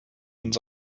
uns